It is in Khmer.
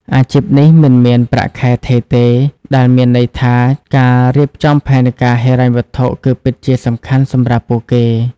អាជីពនេះមិនមានប្រាក់ខែថេរទេ ដែលមានន័យថាការរៀបចំផែនការហិរញ្ញវត្ថុគឺពិតជាសំខាន់សម្រាប់ពួកគេ។